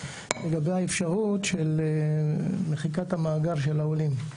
לגבי האפשרות של מחיקת המאגר של העולים.